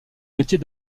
métier